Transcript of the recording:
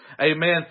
Amen